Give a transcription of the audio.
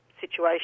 situation